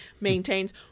maintains